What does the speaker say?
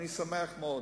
אני שמח מאוד.